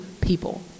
people